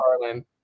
Carlin